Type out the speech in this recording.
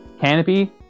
canopy